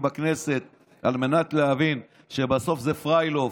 בכנסת על מנת להבין שבסוף זה פריילוף.